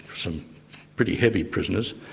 some pretty heavy prisoners,